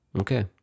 okay